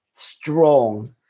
strong